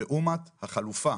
לעומת החלופה